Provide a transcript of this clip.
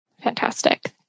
Fantastic